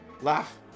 Laugh